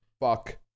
fuck